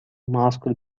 masked